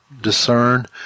discern